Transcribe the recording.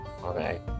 okay